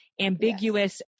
ambiguous